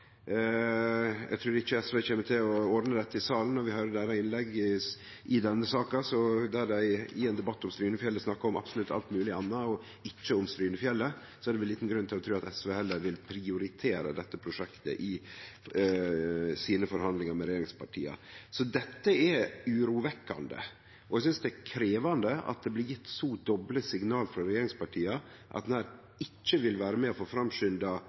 Eg trur ikkje SV kjem til å ordne dette i salen. Når vi høyrde innlegget deira i denne saka, der dei i ein debatt om Strynefjellet snakka om absolutt alt mogleg anna og ikkje om Strynefjellet, er det vel liten grunn til å tru at SV vil prioritere dette prosjektet i forhandlingane sine med regjeringspartia. Dette er urovekkjande, og eg synest det er krevjande at det blir gjeve så doble signal frå regjeringspartia. Ein vil ikkje vere med på å få